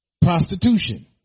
prostitution